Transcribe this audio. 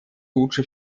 лучше